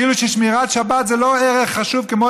כאילו ששמירת שבת זה לא ערך חשוב כמו,